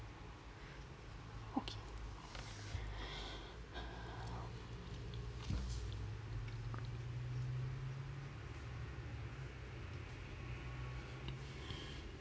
okay